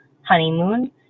honeymoon